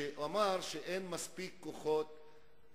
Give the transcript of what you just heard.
שאמר שאין מספיק כוחות,